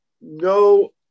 no